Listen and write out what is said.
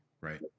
Right